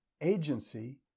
agency